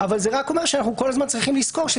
אבל זה רק אומר שעלינו לזכור כל הזמן